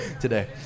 today